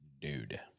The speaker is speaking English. Dude